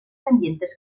pendientes